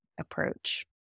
approach